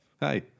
hey